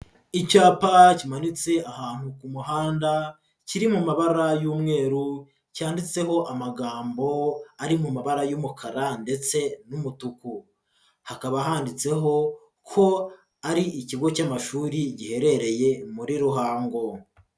Icyapa kimanitse ahantu ku muhanda kiri mu mabara y'umweru cyanditseho amagambo ari mu mabara y'umukara ndetse n'umutuku. Hakaba handitseho ko ari ikigo cy'amashuri giherereye muri Ruhango.